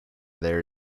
there